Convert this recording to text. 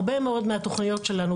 הרבה מאוד מהתכניות שלנו,